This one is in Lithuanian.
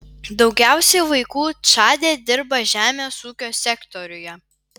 daugiausiai vaikų čade dirba žemės ūkio sektoriuje